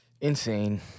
Insane